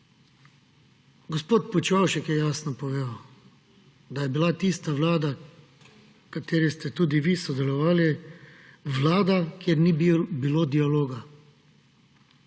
Gospod Počivalšek je jasno povedal, da je bila tista vlada, v kateri ste tudi vi sodelovali, vlada, kjer ni bilo dialoga,